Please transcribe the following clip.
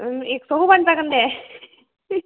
एकस' होबानो जागोन दे